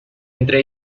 entre